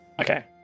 Okay